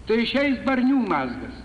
tai išeis barnių mazgas